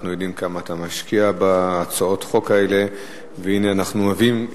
אנחנו יודעים כמה אתה משקיע בהצעות החוק האלה והנה הגענו